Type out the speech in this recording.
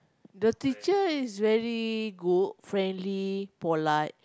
the teacher is very good friendly polite